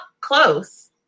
close